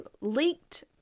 leaked